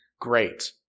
great